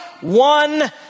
one